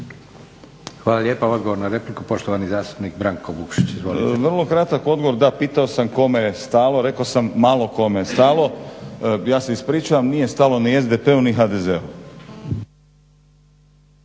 **Vukšić, Branko (Hrvatski laburisti - Stranka rada)** Vrlo kratak odgovor, da pitao sam kome je stalo i rekao sam malo kome je stalo. Ja se ispričavam, nije stalo ni SDP-u ni HDZ-u.